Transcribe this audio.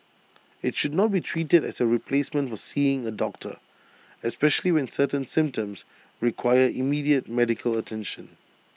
IT should not be treated as A replacement for seeing A doctor especially when certain symptoms require immediate medical attention